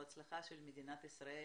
היא הצלחה של מדינת ישראל.